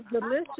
delicious